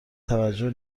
توجه